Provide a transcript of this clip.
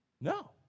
No